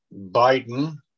Biden